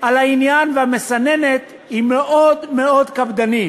על העניין, והמסננת היא מאוד מאוד קפדנית.